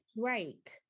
Drake